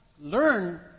learn